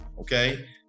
okay